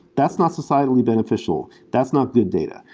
that's not societally beneficial. that's not good data.